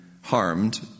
harmed